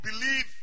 believe